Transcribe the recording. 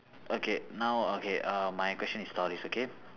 okay now okay uh my question is stories okay